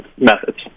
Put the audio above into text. methods